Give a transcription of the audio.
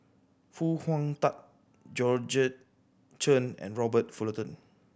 Foo Hong Tatt Georgette Chen and Robert Fullerton